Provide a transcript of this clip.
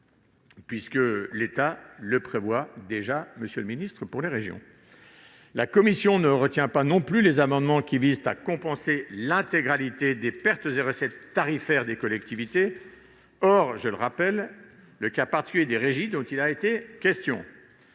et que l'État prévoit déjà, monsieur le ministre, pour les régions. La commission n'est pas non plus favorable aux amendements visant à compenser l'intégralité des pertes et des recettes tarifaires des collectivités, hormis, je le rappelle, le cas particulier des régies dont il a été question.